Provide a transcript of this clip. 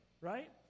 right